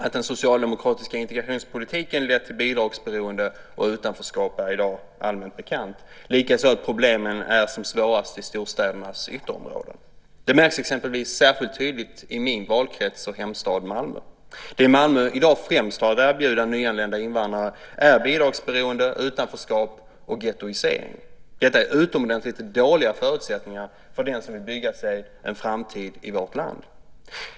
Att den socialdemokratiska integrationspolitiken har lett till bidragsberoende och utanförskap är i dag allmänt bekant, likaså att problemen är som svårast i storstädernas ytterområden. Det märks exempelvis särskilt tydligt i min valkrets och hemstad Malmö. Det Malmö i dag främst har att erbjuda nyanlända invandrare är bidragsberoende, utanförskap och gettoisering. Detta är utomordentligt dåliga förutsättningar för den som vill bygga sig en framtid i vårt land.